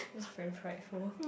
just very prideful